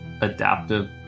adaptive